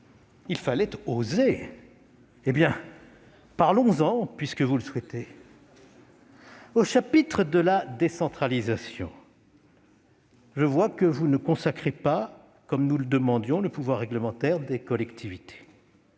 Il fallait oser ! Eh bien, parlons-en puisque vous le souhaitez ! Au chapitre de la décentralisation, je constate que vous ne consacrez pas, comme nous le demandions, le pouvoir réglementaire des collectivités.